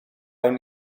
awn